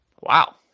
Wow